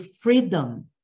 freedom